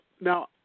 Now